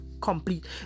complete